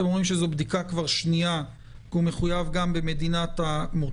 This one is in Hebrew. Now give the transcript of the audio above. אתם אומרים שזאת בדיקה שנייה כי הוא חייב גם במדינת המוצא.